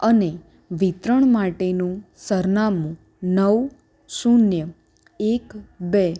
અને વિતરણ માટેનું સરનામું નવ શૂન્ય એક બે